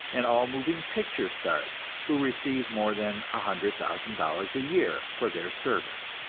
and all moving picture stars who receive more than a hundred thousand dollars a year for their service.